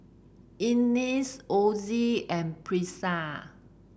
Inez Osie and Brisa